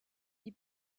die